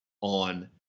on